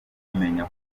kumenya